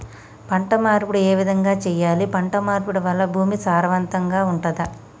పంట మార్పిడి ఏ విధంగా చెయ్యాలి? పంట మార్పిడి వల్ల భూమి సారవంతంగా ఉంటదా?